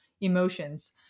emotions